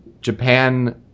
Japan